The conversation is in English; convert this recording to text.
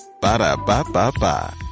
Ba-da-ba-ba-ba